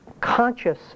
conscious